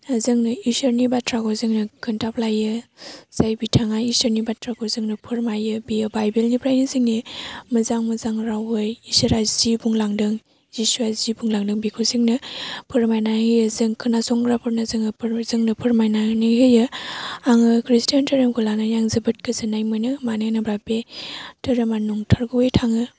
जोङो इसोरनि बाथ्राखौ जोङो खोन्थाफ्लायो जाय बिथाङा इसोरनि बाथ्राखौ जोंनो फोरमायो बेयो बाइबेलनिफ्राय जोंनो मोजां मोजां रावै इसोरा जि बुंलादों जिसुआ जि बुंलांदों बेखौ जोंनो फोरमायनानै होयो जों खोनासंग्राफोरनो जोङो फोर जोंनो फोरमायनानै होयो आङो खृष्टीयान धोरोमखौ लानानै आङो जोबोद गोजोन्नाय मोनो मानोहोनोबा बे धोरोमा नंथारगुबै थाङो